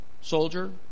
soldier